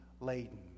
laden